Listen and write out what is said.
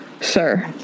Sir